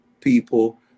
people